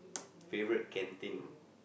favourite canteen